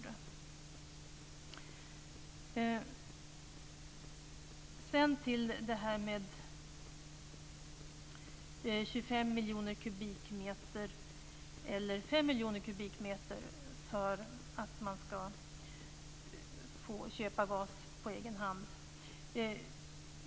Sedan kommer jag till det här med 25 eller 5 miljoner kubikmeter för att man ska få köpa gas på egen hand.